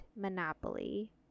Monopoly